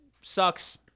sucks